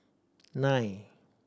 nine